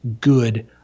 good